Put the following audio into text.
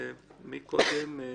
מי קודם?